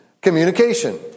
communication